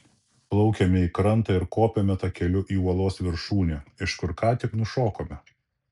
plaukiame į krantą ir kopiame takeliu į uolos viršūnę iš kur ką tik nušokome